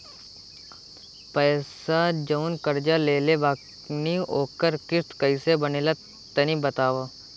पैसा जऊन कर्जा लेले बानी ओकर किश्त कइसे बनेला तनी बताव?